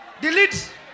Delete